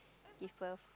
give birth